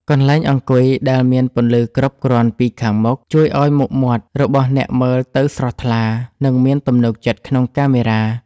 កន្លែងអង្គុយដែលមានពន្លឺគ្រប់គ្រាន់ពីខាងមុខ ជួយឱ្យមុខមាត់របស់អ្នកមើលទៅស្រស់ថ្លា និងមានទំនុកចិត្តក្នុងកាមេរ៉ា។